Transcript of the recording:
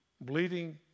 Bleeding